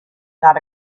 not